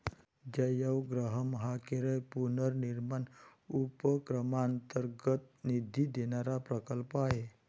जयवग्रहम हा केरळ पुनर्निर्माण उपक्रमांतर्गत निधी देणारा प्रकल्प आहे